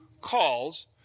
calls